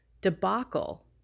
debacle